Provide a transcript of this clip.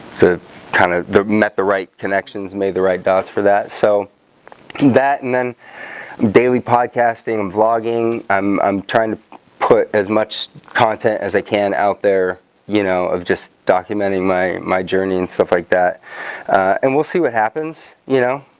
kind of met the right connections made the right dots for that so that and then daily podcasting and vlogging. i'm trying put as much content as i can out there you know of just documenting my my journey and stuff like that and we'll see what happens you know